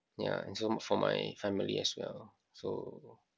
yeah and so for my family as well so